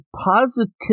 positive